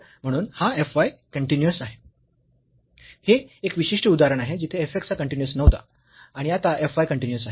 तर म्हणून हा f y कन्टीन्यूअस आहे हे एक विशिष्ट उदाहरण आहे जिथे f x हा कन्टीन्यूअस नव्हता आणि आता f y कन्टीन्यूअस आहे